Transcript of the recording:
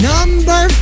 Number